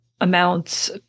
amounts